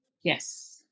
Yes